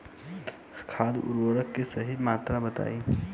खाद उर्वरक के सही मात्रा बताई?